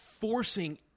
forcing